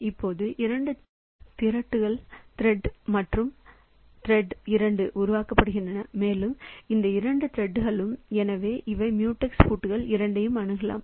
இப்போது இரண்டு திரெட்டுகள் திரெட் ஒன்று மற்றும் திரெட் இரண்டு உருவாக்கப்பட்டுள்ளன மேலும் இந்த இரண்டு திரெட்டுகளும் மியூடெக்ஸ் பூட்டுகள் இரண்டிற்கும் அணுகலைக் கொண்டுள்ளன எனவே அவை மியூடெக்ஸ் பூட்டுகள் இரண்டையும் அணுகலாம்